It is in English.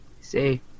See